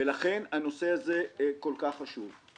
ולכן הנושא הזה כל כך חשוב.